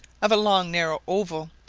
of a long narrow oval,